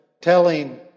telling